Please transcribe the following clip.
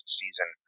season